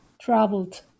traveled